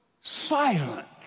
silent